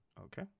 Okay